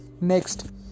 Next